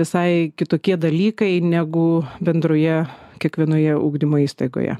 visai kitokie dalykai negu bendroje kiekvienoje ugdymo įstaigoje